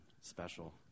special